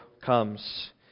comes